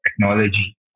technology